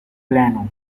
plano